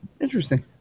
interesting